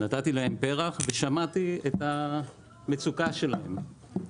נתתי להם פרח, ושמעתי את המצוקה שלהם.